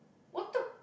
what the